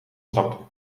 trap